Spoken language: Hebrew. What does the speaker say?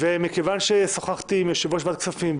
מכיוון ששוחחתי עם יושב-ראש ועדת הכספים,